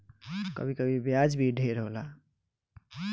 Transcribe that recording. कभी कभी ब्याज भी ढेर होला